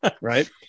right